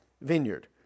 vineyard